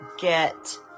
get